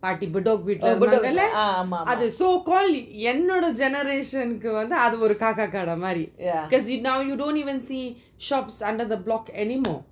பாடி புடோ வீட்டுல நான் இருந்தனள்:paati budo veetula naan irunthanla so called என்னோட:ennoda generation கு வந்து காக்க கடை மாறி:ku vanthu kaaka kada maari cos you now you don't even see shops under the block anymore